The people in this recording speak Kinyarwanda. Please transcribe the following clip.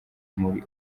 muri